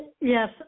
Yes